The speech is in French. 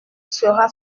sera